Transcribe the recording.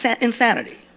insanity